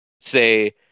say